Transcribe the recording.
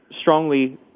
strongly